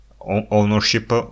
ownership